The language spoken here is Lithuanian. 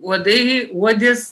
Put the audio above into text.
uodai uodės